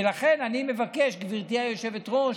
ולכן, גברתי היושבת-ראש,